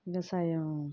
விவசாயம்